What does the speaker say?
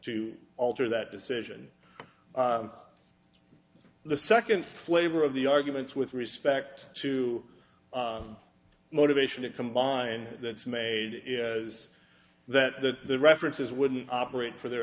to alter that decision the second flavor of the arguments with respect to motivation and combine that is made is that the references wouldn't operate for their